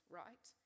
right